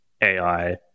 AI